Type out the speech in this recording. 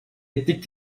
etnik